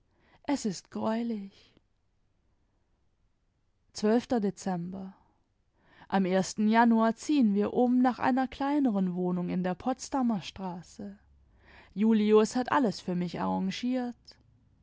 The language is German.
es ist greulich dezember am i januar ziehen wir um nach einer kleineren wohnung in der potsdamerstraße julius hat alles für mich arrangiert